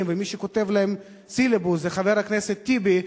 ומי שכותב להם סילבוס זה חבר הכנסת טיבי,